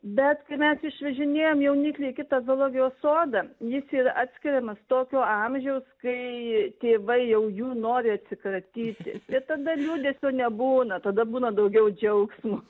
bet kai mes išvežinėjam jauniklį į kitą zoologijos sodą jis ir atskiriamas tokio amžiaus kai tėvai jau jų nori atsikratyti bet tada liūdesio nebūna tada būna daugiau džiaugsmo